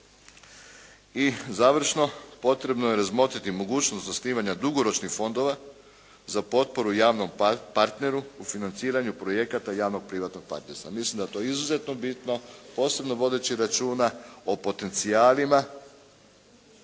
I završno, potrebno je razmotriti mogućnost osnivanja dugoročnih fondova za potporu javnom partneru u financiranju projekata javno-privatnog partnerstva. Mislim da je to izuzetno bitno posebno vodeći računa o potencijalima